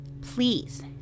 please